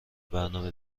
برنامه